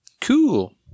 Cool